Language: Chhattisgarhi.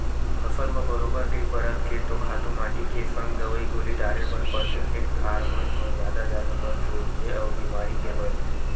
फसल म बरोबर कई परत के तो खातू माटी के संग दवई गोली डारे बर परथे, खेत खार मन म जादा जादा बन के उपजे अउ बेमारी के होय ले